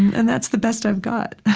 and that's the best i've got